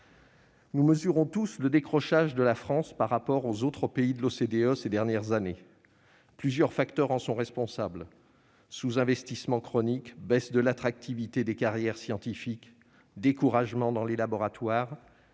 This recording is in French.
Nous mesurons tous le décrochage de la France par rapport aux autres pays de l'OCDE ces dernières années. Plusieurs facteurs en sont responsables : sous-investissement chronique, baisse de l'attractivité des carrières scientifiques, découragement dans les laboratoires,